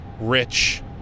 rich